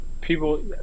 people